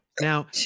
now